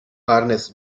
harness